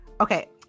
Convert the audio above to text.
Okay